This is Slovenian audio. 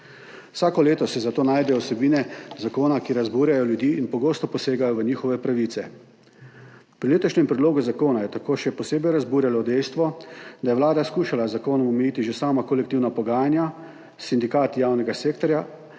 Vsako leto se zato najdejo vsebine zakona, ki razburjajo ljudi in pogosto posegajo v njihove pravice. Pri letošnjem predlogu zakona je tako še posebej razburjalo dejstvo, da je Vlada skušala z zakonom omejiti že sama kolektivna pogajanja s sindikati javnega sektorja